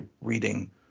reading